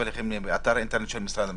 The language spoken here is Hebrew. הליכים באתר האינטרנט של משרד המשפטים.